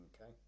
Okay